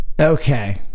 Okay